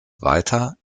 weiter